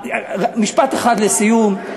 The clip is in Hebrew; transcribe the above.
משפט אחד לסיום.